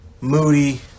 Moody